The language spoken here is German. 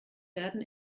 werden